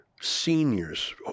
seniors